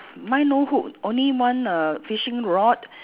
mine no hook only one err fishing rod